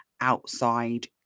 outside